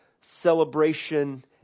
celebration